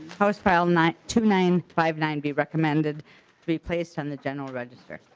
i was found nine two nine five nine be recommended to be placed on the dental register.